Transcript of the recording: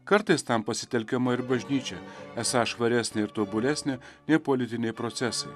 kartais tam pasitelkiama ir bažnyčia esą švaresnė ir tobulesnė nei politiniai procesai